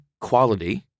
quality